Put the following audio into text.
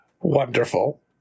Wonderful